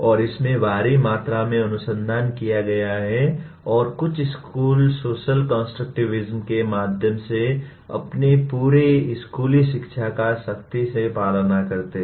और इसमें भारी मात्रा में अनुसंधान किया गया है और कुछ स्कूल सोशल कंस्ट्रक्टिविज़्म के माध्यम से अपने पूरे स्कूली शिक्षा का सख्ती से पालन करते हैं